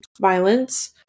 violence